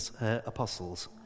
apostles